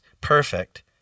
perfect